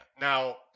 Now